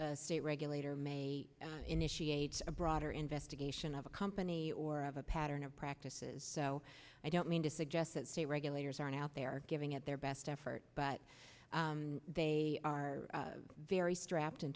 a state regulator may initiate a broader investigation of a company or of a pattern of practices so i don't mean to suggest that state regulators are now out there giving it their best effort but they are very strapped in